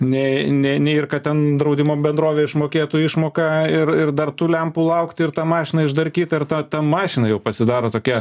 ne ne nei ir kad ten draudimo bendrovė išmokėtų išmoką ir ir dar tų lempų laukt ir tą mašiną išdarkyt ir ta ta mašina jau pasidaro tokia